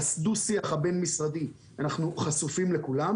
בדו שיח הבין משרדי אנחנו חשופים לכולם